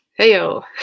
Heyo